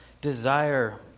desire